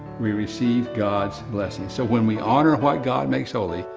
we receive god's blessing. so when we honor what god makes holy,